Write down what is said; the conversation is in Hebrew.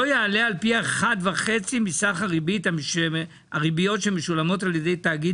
לא יעלה עד פי 1.5 מסך הריביות המשולמות על ידי תאגיד